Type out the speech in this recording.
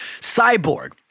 Cyborg